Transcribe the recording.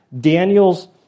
Daniel's